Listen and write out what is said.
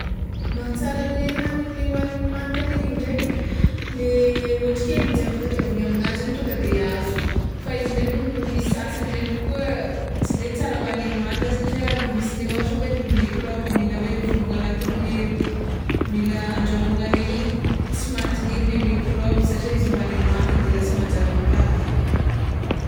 Mahatsara le hagniny le hoagniny manta regny igny ndraiky le otrikaina le otrikaigny ze ampitadiaviny aminazy igny tonga de azo, fa izy ndraiky i sasany ndraiky koa tsy de tsara hoagniny manta satria misy le ohatra hoe mikraoba mila hoe vonoina agnatinle mila andrahoagna regny igny tsy matin'igny le mikraoba satria izy hoagniny manta de lasa manjary mankarary.